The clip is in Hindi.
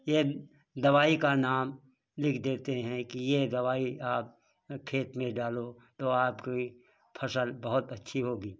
ये दवाई का नाम लिख देते हैं कि ये दवाई आप खेत में डालो तो आपकी फसल बहुत अच्छी होगी